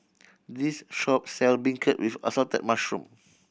this shop sell beancurd with assorted mushroom